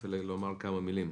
רוצה לומר כמה מילים.